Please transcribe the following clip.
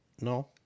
no